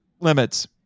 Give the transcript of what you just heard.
limits